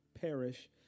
perish